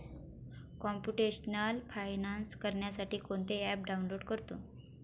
computational finance करण्यासाठी कोणते app download करतो